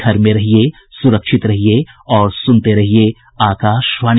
घर में रहिये सुरक्षित रहिये और सुनते रहिये आकाशवाणी